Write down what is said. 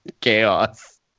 chaos